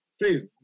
Please